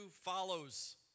follows